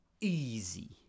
Easy